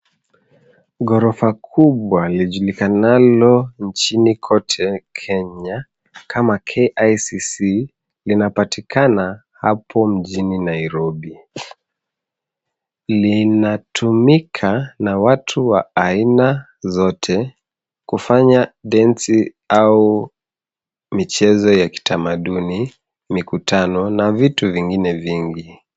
Ghorofa kubwa lijulikanalo nchini kote Kenya kama KICC linapatikana hapo mjini Nairobi. Linatumika na watu wa aina zote kufanya densi au michezo ya kitamaduni ,mikutano na vitu vingine vingi.